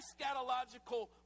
eschatological